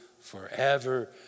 forever